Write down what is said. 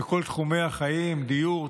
בכל תחומי החיים: דיור,